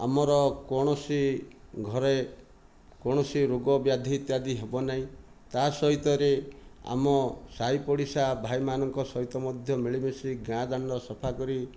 ଆମର କୌଣସି ଘରେ କୌଣସି ରୋଗବ୍ୟାଧି ଇତ୍ୟାଦି ହେବ ନାହିଁ ତା'ସହିତ ଯେଉଁ ଆମ ସାହିପଡ଼ିଶା ଭାଇମାନଙ୍କ ସହିତ ମଧ୍ୟ ମିଳିମିଶି ଗାଁ ଦାଣ୍ଡ ସଫା କରି